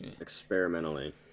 experimentally